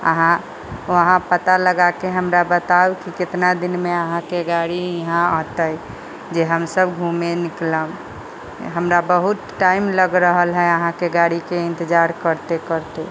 अहाँ वहाँ पता लगाके हमरा बताउ की कितना दिन मे अहाँ के गाड़ी इहाँ अऔते जे हमसब घूमे निकलब हमरा बहुत टाइम लग रहल है अहाँके गाड़ी के इंतजार करते करते